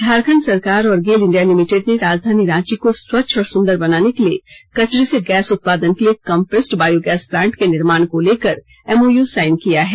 झारखंड सरकार और GAIL India limited ने राजधानी रांची को स्वच्छ और सुंदर बनाने के लिए कचरे से गैस उत्पादन के लिए कम्प्रेस्ट बायो गैस प्लान्ट के निर्माण को लेकर एम ओ यू साइन किया है